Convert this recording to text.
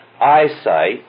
eyesight